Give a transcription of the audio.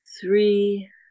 three